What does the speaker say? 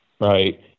Right